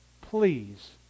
Please